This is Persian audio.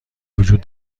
وجود